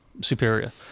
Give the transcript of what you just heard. superior